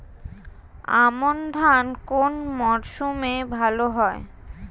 আমন ধান কোন মরশুমে ভাল হয়?